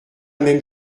même